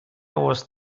was